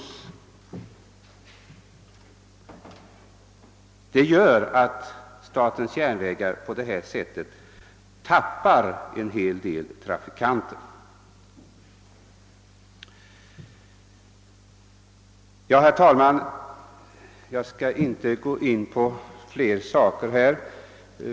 Dessa förhållanden gör att statens järnvägar förlorar en hel del trafikanter, på praktiskt taget alla färdsträckor. Herr talman!